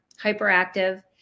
hyperactive